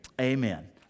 amen